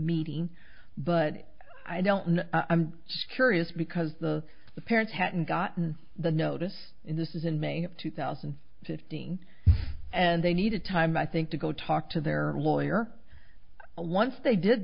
meeting but i don't know i'm just curious because the parents hadn't gotten the notice in this is in may two thousand and fifteen and they needed time i think to go talk to their lawyer once they did